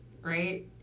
Right